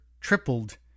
tripled